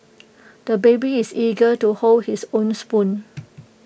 the baby is eager to hold his own spoon